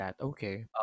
Okay